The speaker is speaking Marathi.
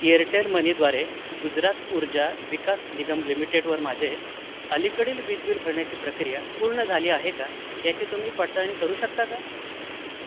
एअरटेल मनीद्वारे गुजरात ऊर्जा विकास निगम लिमिटेडवर माझे अलीकडील वीज बिल भरण्याची प्रक्रिया पूर्ण झाली आहे का याची तुम्ही पडताळणी करू शकता का